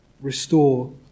restore